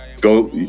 Go